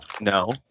no